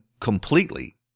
completely